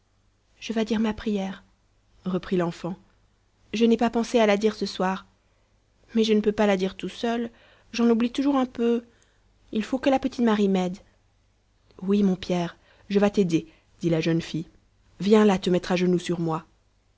je vas dire ma prière reprit l'enfant je n'ai pas pensé à la dire ce soir mais je ne peux pas la dire tout seul j'en oublie toujours un peu il faut que la petite marie m'aide oui mon pierre je vas t'aider dit la jeune fille viens là te mettre à genoux sur moi